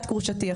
את גרושתי.